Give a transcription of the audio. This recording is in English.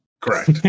correct